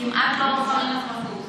כמעט לא בוחרים אזרחות.